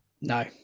No